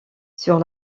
sur